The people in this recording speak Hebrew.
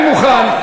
אני מוכן,